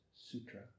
Sutra